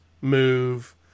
move